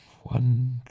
One